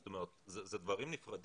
זאת אומרת אלה דברים נפרדים,